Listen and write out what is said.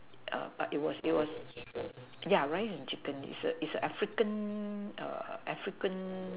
err but it was it was yeah rice and chicken it's an African err African